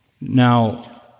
Now